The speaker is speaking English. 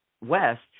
west